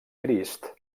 crist